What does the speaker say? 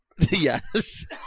Yes